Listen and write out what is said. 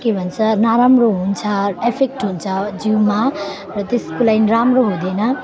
के भन्छ नराम्रो हुन्छ इफेक्ट हुन्छ जिउमा र त्यसको लागि राम्रो हुँदैन